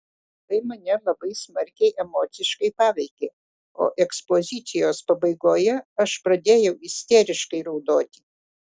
tai mane labai smarkiai emociškai paveikė o ekspozicijos pabaigoje aš pradėjau isteriškai raudoti